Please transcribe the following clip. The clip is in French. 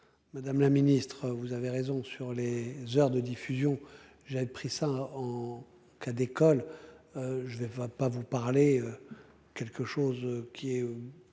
Madame la Ministre, vous avez raison sur les heures de diffusion. J'avais pris ça en cas d'école. Je vais ne va pas vous parler. Quelque chose qui est